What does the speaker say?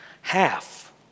Half